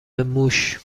موش